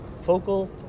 focal